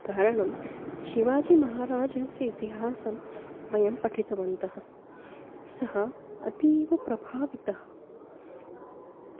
कारणं शिवाजीमहाराजस्य इतिहासं वयं पठितवन्तः सः अतीवप्रभावितः